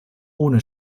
ohne